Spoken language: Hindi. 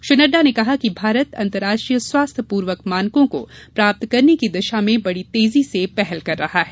श्री नड्डा ने कहा कि भारत अंतर्राष्ट्रीय स्वास्थ्य पूर्वक मानकों को प्राप्त करने की दिशा में बड़ी तेजी से पहल कर रहा है